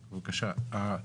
א',